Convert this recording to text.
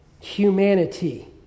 humanity